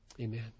Amen